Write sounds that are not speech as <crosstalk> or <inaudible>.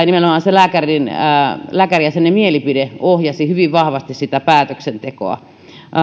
<unintelligible> nimenomaan lääkärijäsenen mielipide ohjasi hyvin vahvasti sitä päätöksentekoa